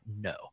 No